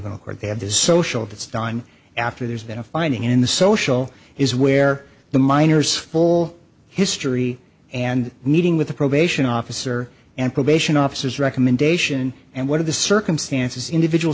court they have this social that's done after there's been a finding in the social is where the minors full history and meeting with the probation officer and probation officers recommendation and what are the circumstances individual